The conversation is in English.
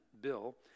Bill